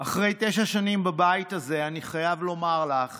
אחרי תשע שנים בבית הזה, אני חייב לומר לך